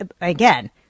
Again